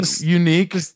unique